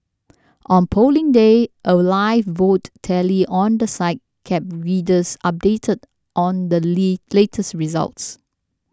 on Polling Day a live vote tally on the site kept readers updated on the latest results